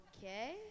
Okay